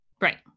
Right